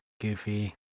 goofy